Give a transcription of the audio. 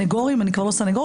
כסנגורים אני כבר לא סנגורית,